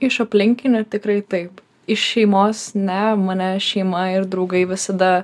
iš aplinkinių tikrai taip iš šeimos ne mane šeima ir draugai visada